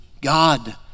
God